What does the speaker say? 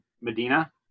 Medina